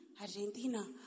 Argentina